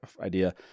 idea